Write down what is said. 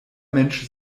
mensch